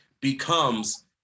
becomes